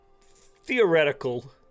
theoretical